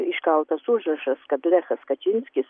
iškaltas užrašas kad lechas kačinskis